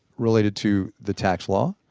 related to the tax law,